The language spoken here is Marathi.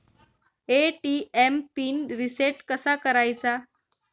ए.टी.एम पिन रिसेट कसा करायचा?